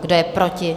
Kdo je proti?